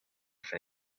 for